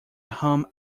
home